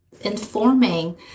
informing